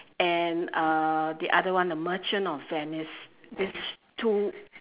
and uh the other one the merchant of Venice these two